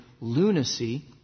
lunacy